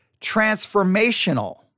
transformational